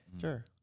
sure